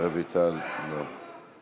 רויטל, למה?